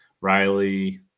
riley